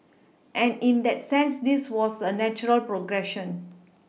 and in that sense this was a natural progression